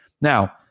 Now